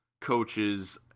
coaches